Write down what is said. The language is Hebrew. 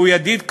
ידיד קרוב,